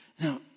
Now